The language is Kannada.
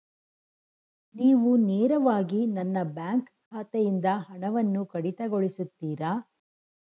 ನೀವು ನೇರವಾಗಿ ನನ್ನ ಬ್ಯಾಂಕ್ ಖಾತೆಯಿಂದ ಹಣವನ್ನು ಕಡಿತಗೊಳಿಸುತ್ತೀರಾ?